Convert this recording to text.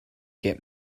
get